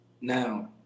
Now